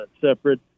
separate